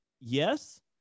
yes